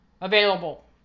available